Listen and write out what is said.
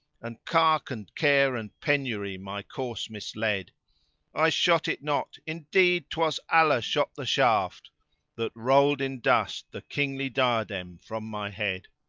and cark and care and penury my course misled i shot it not, indeed, twas allah shot the shaft that rolled in dust the kingly diadem from my head.